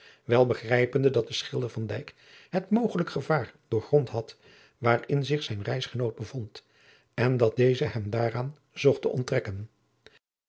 wel begrijpende dat de schilder van dijk het mogelijk gevaar doorgrond had waarin zich zijn reisgenoot bevond en dat deze hem daaraan zocht te onttrekken